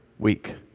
week